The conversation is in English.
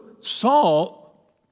Saul